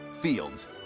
Fields